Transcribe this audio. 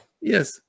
Yes